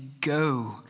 go